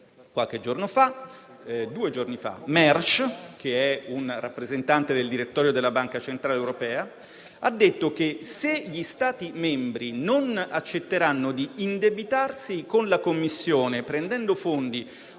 il nostro Paese. Due giorni fa Mersch, che è un rappresentante del direttorio della Banca centrale europea, ha detto che se gli Stati membri non accetteranno di indebitarsi con la Commissione, prendendo fondi